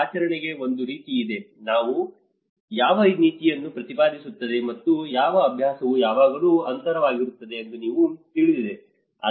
ಆಚರಣೆಗೆ ಒಂದು ನೀತಿ ಇದೆ ಯಾವ ನೀತಿಯನ್ನು ಪ್ರತಿಪಾದಿಸುತ್ತದೆ ಮತ್ತು ಯಾವ ಅಭ್ಯಾಸವು ಯಾವಾಗಲೂ ಅಂತರವಾಗಿರುತ್ತದೆ ಎಂದು ನಿಮಗೆ ತಿಳಿದಿದೆ